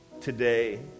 today